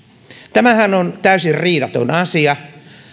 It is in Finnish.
tämähän on täysin riidaton asia